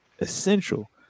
essential